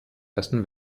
ersten